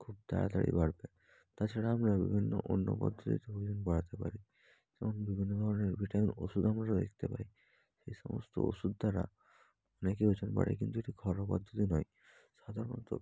খুব তাড়াতাড়ি বাড়বে তাছাড়া আমরা বিভিন্ন অন্য পদ্ধতিতে ওজন বাড়াতে পারি যেমন বিভিন্ন ধরনের ভিটামিন ওষুধ আমরা দেখতে পাই এই সমস্ত ওষুধ দ্বারা অনেকই ওজন বাড়ে কিন্তু এটা ঘরোয়া পদ্ধতি নয় সাধারণত